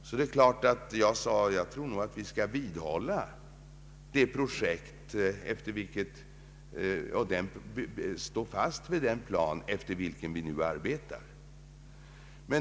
Jag sade därför att vi nog borde stå fast vid den plan efter vilken vi arbetade.